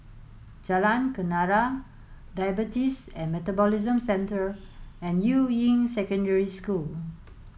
Jalan Kenarah Diabetes and Metabolism Centre and Yuying Secondary School